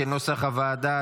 כנוסח הוועדה.